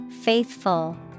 Faithful